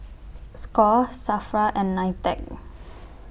SCORE SAFRA and NITEC